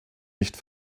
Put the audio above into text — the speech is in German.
nicht